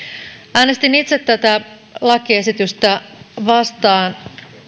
äänestin itse tätä lakiesitystä vastaan